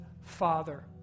father